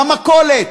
במכולת,